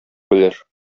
белер